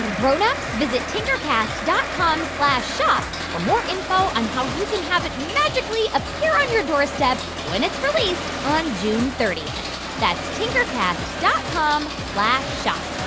grown-ups, visit tinkercast dot com slash shop for more info on how you can have it magically appear on your doorstep when it's released on june thirty. that's tinkercast dot com shop